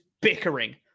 bickering